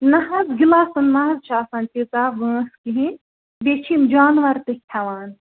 نہَ حظ گِلاسَن ما حظ چھِ آسان تیٖژاہ وٲنٛس کِہیٖنۍ بیٚیہِ چھِ یِم جانوَر تہِ کھٮ۪وان